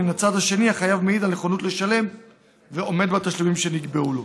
ומצד שני החייב מעיד על נכונות לשלם ועומד בתשלומים שנקבעו לו.